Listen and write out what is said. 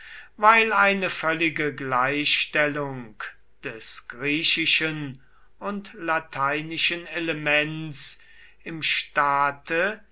weil eine völlige gleichstellung des griechischen und lateinischen elements im staate